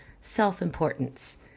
self-importance